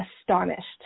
astonished